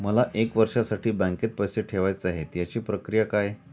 मला एक वर्षासाठी बँकेत पैसे ठेवायचे आहेत त्याची प्रक्रिया काय?